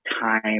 time